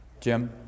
Jim